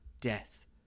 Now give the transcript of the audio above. death